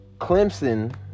Clemson